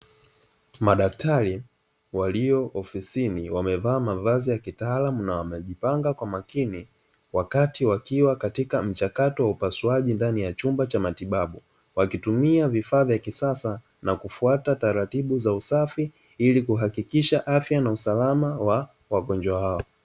Madaktari walio ofisini wamevaa mavazi ha kitaalamu na wamejipanga kwa makini wakati wakiwa katika mchakato wa upasuaji ndani ya chumba cha matibabu, wakitumia vifaa vya kisasa na kufuata taratibu za usafi kuhakikisha afya na usalama wa wagonjwa hao.